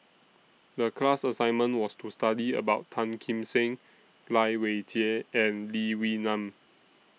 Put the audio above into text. The class assignment was to study about Tan Kim Seng Lai Weijie and Lee Wee Nam